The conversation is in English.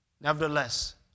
Nevertheless